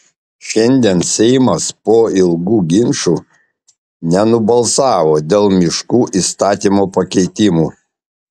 šiandien seimas po ilgų ginčų nenubalsavo dėl miškų įstatymo pakeitimų